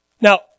Now